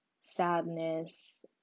sadness